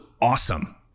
awesome